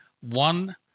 One